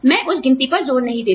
मैं उस गिनती पर जोर नहीं देता